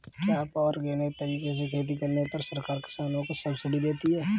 क्या ऑर्गेनिक तरीके से खेती करने पर सरकार किसानों को सब्सिडी देती है?